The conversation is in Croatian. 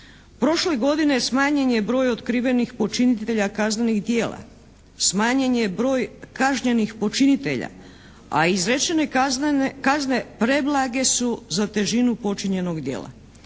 Prošle godine smanjen je broj otkrivenih počinitelja kaznenih djela, smanjen je broj kažnjenih počinitelja. A izrečene kazne preblage su za težinu počinjenog djela.